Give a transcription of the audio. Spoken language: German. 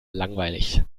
langweilig